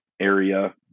area